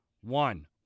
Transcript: one